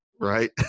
right